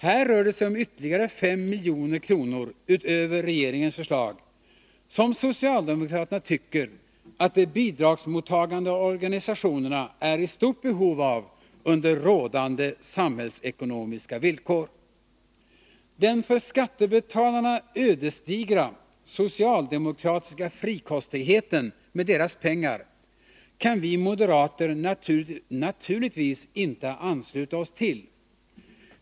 Här rör det sig om ytterligare 5 milj.kr. utöver regeringens förslag, som socialdemokraterna tycker att de bidragsmottagande organisationerna är i stort behov av under rådande samhällsekonomiska villkor. Den för skattebetalarna ödesdigra socialdemokratiska frikostigheten med deras pengar kan vi moderater naturligtvis inte ansluta oss till.